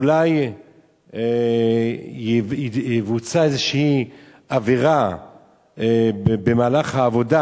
אולי תבוצע איזושהי עבירה במהלך העבודה,